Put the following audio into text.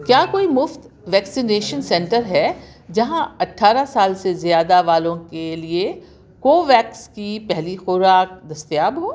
کیا کوئی مفت ویکسینیشن سینٹر ہے جہاں اٹھارہ سے سال زیادہ والوں کے لیے کوویکس کی پہلی خوراک دستیاب ہو